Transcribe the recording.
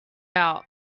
out